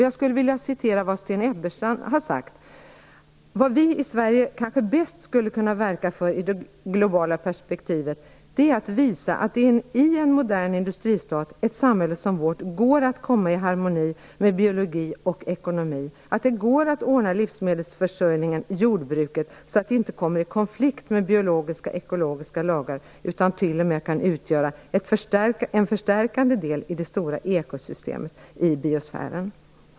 Jag skulle vilja återge det Sten Ebbersten har sagt: Det vi i Sverige kanske bäst skulle kunna verka för i det globala perspektivet är att visa att det i en modern industristat, ett samhälle som vårt, går att komma i harmoni med biologi och ekonomi, att det går att ordna livsmedelsförsörjningen och jordbruket så att de inte kommer i konflikt med biologiska och ekologiska lagar, utan t.o.m. kan utgöra en förstärkande del i det stora ekosystemet i biosfären.